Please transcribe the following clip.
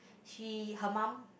he her mum